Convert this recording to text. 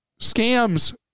scams